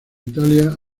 italia